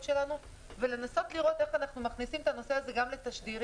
שלנו ולנסות לראות איך אנחנו מכניסים את הנושא הזה גם לתשדירים.